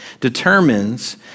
determines